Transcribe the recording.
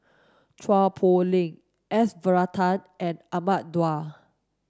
Chua Poh Leng S Varathan and Ahmad Daud